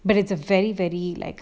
but it's a very very like